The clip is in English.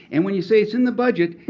and when you say it's in the budget,